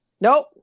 nope